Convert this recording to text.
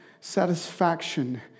satisfaction